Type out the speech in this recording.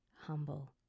humble